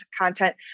content